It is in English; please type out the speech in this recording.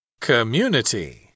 community